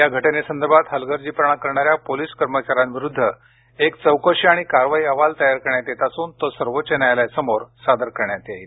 या घटनेसंदर्भात हलगर्जीपणा करणाऱ्या पोलीस कर्मचाऱ्यांविरुद्ध एक चौकशी आणि कारवाई अहवाल तयार करण्यात येत असून तो सर्वोच्च न्यायालयासमोर सादर करण्यात येईल